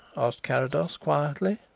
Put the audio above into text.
asked carrados quietly.